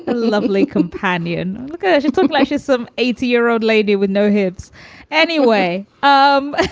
lovely companion. look at some places, some eighty year old lady with no hips anyway. um